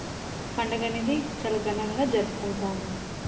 పండుగ అనేది చాలా ఘనంగా జరుపుకుంటాము